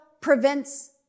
prevents